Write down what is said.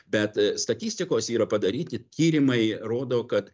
bet statistikos yra padaryti tyrimai rodo kad